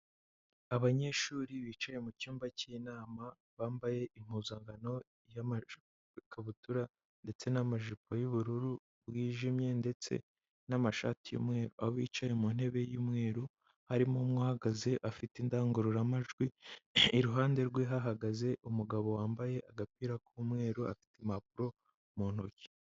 Abanyeshuri bicaye mu cyumba cy'inama bambaye impuzankano y'amakabutura ndetse n'amajipo y'ubururu bwijimye ndetse n'amashati y'umweru, aho bicaye mu ntebe y'umweru harimo umwe uhagaze afite indangururamajwi iruhande rwe hahagaze umugabo wambaye agapira k'umweru afite impapuro mu ntoki.